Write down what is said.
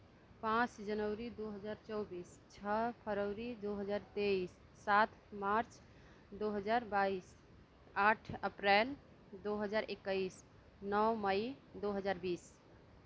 पाँच जनवरी दो हज़ार चौबीस छः फरवरी दो हज़ार तेईस सात मार्च दो हज़ार बाईस आठ अप्रैल दो हज़ार इक्कीस नौ मई दो हज़ार बीस